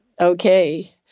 Okay